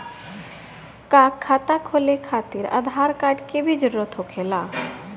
का खाता खोले खातिर आधार कार्ड के भी जरूरत होखेला?